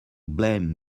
blaming